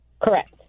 Correct